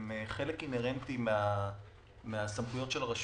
הן חלק אינהרנטי מהסמכויות של הרשות,